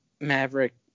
Maverick